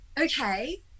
Okay